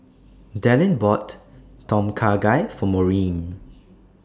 Dallin bought Tom Kha Gai For Maurine